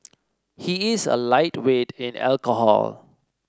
he is a lightweight in alcohol